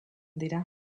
dira